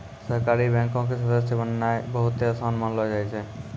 सहकारी बैंको के सदस्य बननाय बहुते असान मानलो जाय छै